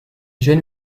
jeune